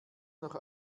noch